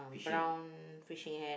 fishing